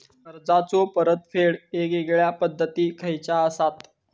कर्जाचो परतफेड येगयेगल्या पद्धती खयच्या असात?